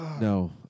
No